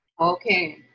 okay